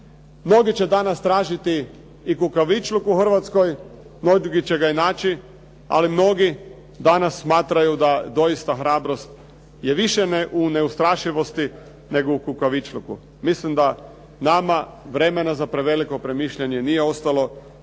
Mnogi će danas tražiti i kukavičluk u Hrvatskoj, mnogi će ga i naći, ali mnogi danas smatraju da doista hrabrost je više u neustrašivosti, nego u kukavičluku. Mislim da nama vremena za preveliko premišljanje nije ostalo